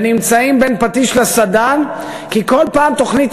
ונמצאים בין פטיש לסדן כי כל פעם תוכנית